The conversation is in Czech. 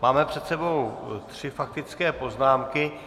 Máme před sebou tři faktické poznámky.